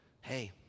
Hey